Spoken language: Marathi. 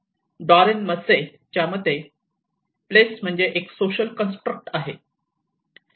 डॉरेन मॅसे च्या मते प्लेस म्हणजे एक सोशल कन्स्ट्रक्ट आहे